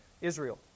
Israel